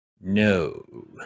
No